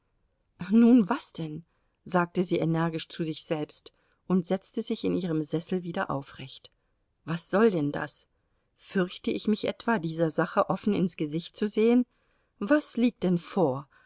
nun was denn sagte sie energisch zu sich selbst und setzte sich in ihrem sessel wieder aufrecht was soll denn das fürchte ich mich etwa dieser sache offen ins gesicht zu sehen was liegt denn vor